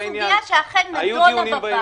נכון, זו סוגיה שאכן נדונה בוועדה.